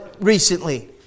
recently